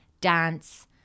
dance